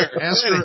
Ask